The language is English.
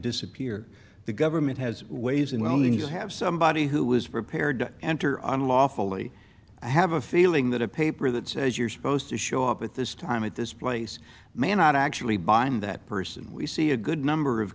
disappear the government has ways in wilmington have somebody who was prepared to enter on lawfully i have a feeling that a paper that says you're supposed to show up at this time at this place may not actually bind that person we see a good number of